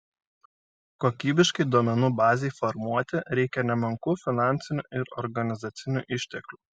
kokybiškai duomenų bazei formuoti reikia nemenkų finansinių ir organizacinių išteklių